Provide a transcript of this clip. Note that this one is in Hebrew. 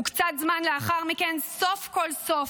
וקצת זמן לאחר מכן: סוף כל סוף,